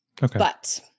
but-